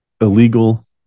illegal